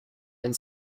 and